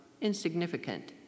insignificant